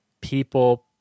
people